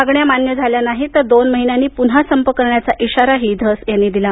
मागण्या मान्य माल्या नाही तर दोन महिन्यांनी पुन्हा संप करण्याचा इशारा धस यांनी दिला